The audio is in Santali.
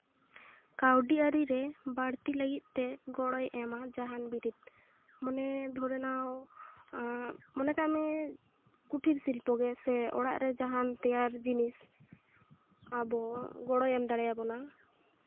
ᱠᱟᱹᱣᱰᱤ ᱟᱹᱨᱤ ᱨᱮ ᱵᱟᱹᱲᱛᱤ ᱞᱟᱹᱜᱤᱫ ᱛᱮ ᱜᱚᱲᱚᱭ ᱮᱢᱟ ᱡᱟᱦᱟᱱ ᱵᱤᱨᱤᱫ ᱢᱚᱱᱮ ᱫᱷᱚᱨᱮ ᱱᱟᱣ ᱢᱚᱱᱮ ᱠᱟᱜ ᱢᱮ ᱠᱩᱴᱤᱨ ᱥᱤᱞᱯᱚ ᱜᱮ ᱥᱮ ᱚᱲᱟᱜ ᱨᱮ ᱡᱟᱦᱟᱱ ᱛᱮᱭᱟᱨ ᱡᱤᱱᱤᱥ ᱟᱵᱚ ᱜᱚᱲᱚᱭ ᱮᱢ ᱫᱟᱲᱮ ᱵᱚᱱᱟ